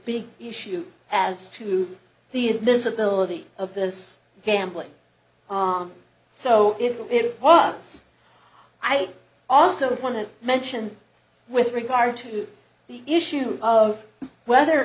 big issue as to the admissibility of this gambling so if it was i also want to mention with regard to the issue of whether